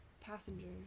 passengers